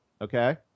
okay